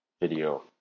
video